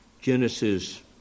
Genesis